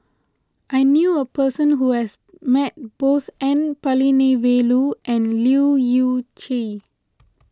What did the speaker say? I knew a person who has met both N Palanivelu and Leu Yew Chye